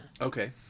Okay